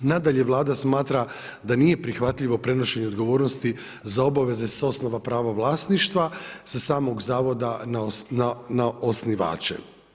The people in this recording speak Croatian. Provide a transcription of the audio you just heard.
Nadalje, Vlada smatra da nije prihvatljivo prenošenje odgovornosti za obaveze s osnova prava vlasništva, sa samog zavoda na osnivače.